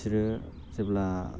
बिसोरो जेब्ला